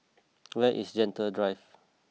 where is Gentle Drive